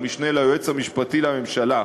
המשנה ליועץ המשפטי לממשלה,